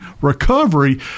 recovery